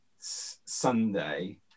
Sunday